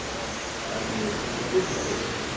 অঁ কাইলৈ ক'ত যাব বাৰু আপুনি